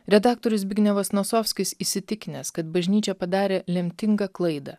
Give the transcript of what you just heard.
redaktorius zbignevas nosovskis įsitikinęs kad bažnyčia padarė lemtingą klaidą